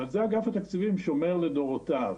את זה אגף התקציבים שומר לדורותיו.